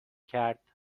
کرد